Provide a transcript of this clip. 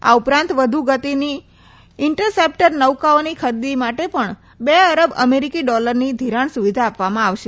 આ ઉપરાંત વધુ ગતિની ઇન્ટરસેપ્ટર નૌકાઓની ખરીદી માટે પણ બે અરબ અમેરિકી ડોલરની ધિરાણ સુવિધા આપવામાં આવશે